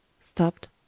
stopped